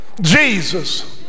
Jesus